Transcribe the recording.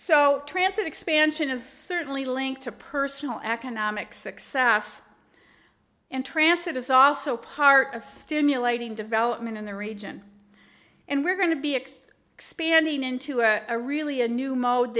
so transit expansion is certainly linked to personal economic success and trance it is also part of stimulating development in the region and we're going to be extinct expanding into a really a new mode